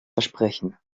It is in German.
versprechen